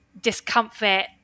discomfort